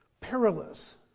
perilous